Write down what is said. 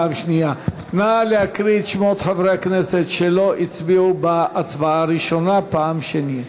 נא להקריא את שמות חברי הכנסת שלא הצביעו בהצבעה הראשונה פעם שנייה.